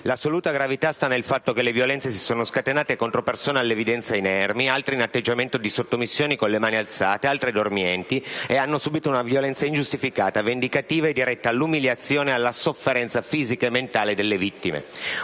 «L'assoluta gravità sta nel fatto che le violenze si sono scatenate contro persone all'evidenza inermi, altre già in atteggiamento sottomissione con le mani alzate, altre dormienti» che hanno «subito una violenza ingiustificata, vendicativa e diretta all'umiliazione e alla sofferenza fisica e mentale delle vittime».